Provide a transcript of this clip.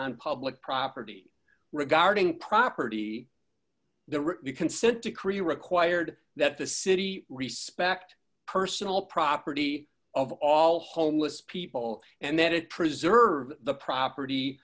on public property regarding property the written consent decree required that the city respect personal property of all homeless people and that it preserve the property